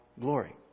glory